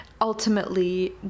ultimately